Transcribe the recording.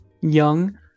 Young